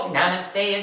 Namaste